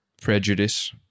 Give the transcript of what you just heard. prejudice